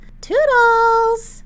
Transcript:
Toodles